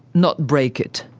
not break it.